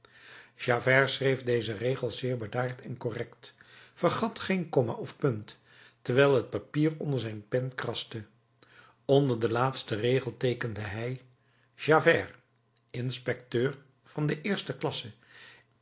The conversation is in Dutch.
javert schreef deze regels zeer bedaard en correct vergat geen komma of punt terwijl het papier onder zijn pen kraste onder den laatsten regel teekende hij javert inspecteur van de eerste klasse